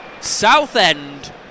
Southend